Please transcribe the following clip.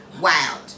wild